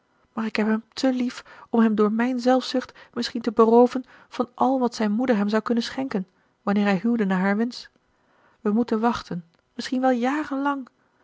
maar ik heb hem te lief om hem door mijn zelfzucht misschien te berooven van al wat zijn moeder hem zou kunnen schenken wanneer hij huwde naar haar wensch wij moeten wachten misschien wel